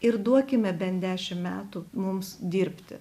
ir duokime bent dešim metų mums dirbti